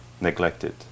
neglected